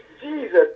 Jesus